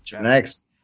Next